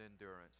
endurance